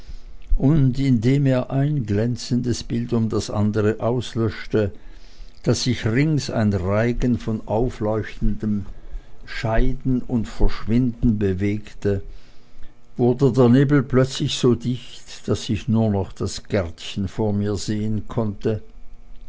und indem er ein glänzendes bild um das andere auslöschte daß sich rings ein reigen von aufleuchtendem scheiden und verschwinden bewegte wurde der nebel plötzlich so dicht daß ich nur noch das gärtchen vor mir sehen konnte